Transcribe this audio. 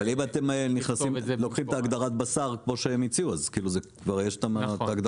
אבל אם אתם לוקחים את הגדרת הבשר כמו שהם הציעו אז כבר יש את ההגדרות.